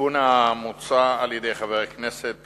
התיקון המוצע על-ידי חבר הכנסת